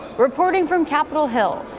reporting from capitol hill.